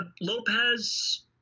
Lopez